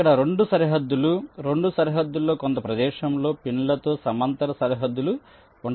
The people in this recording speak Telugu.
అక్కడ 2 సరిహద్దులు 2 సరిహద్దుల్లో కొంత ప్రదేశంలో పిన్లతో సమాంతర సరిహద్దులు ఉంటాయి